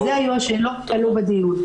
זה היו השאלות שעלו בדיון.